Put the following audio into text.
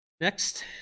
Next